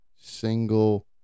single